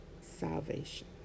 salvation